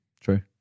True